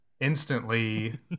instantly